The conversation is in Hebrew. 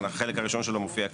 החלק הראשון שלו מופיע כאן,